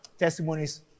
Testimonies